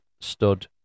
stood